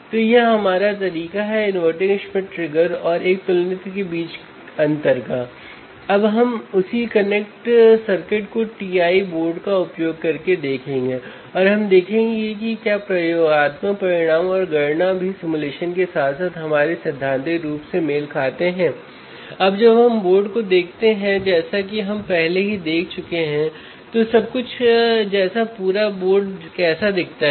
और यहाँ हमें फिर से एक इंस्ट्रूमेंटेशन एम्पलीफायर के लाभ की गणना करनी थी लेकिन यहाँ अगर आप देखें तो थोड़ा बदलाव है